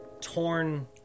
torn